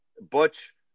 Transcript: Butch